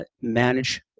manage